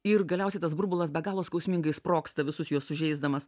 ir galiausiai tas burbulas be galo skausmingai sprogsta visus juos sužeisdamas